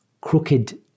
crooked